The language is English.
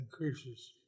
increases